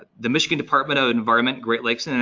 ah the michigan department of environment, great lakes, and and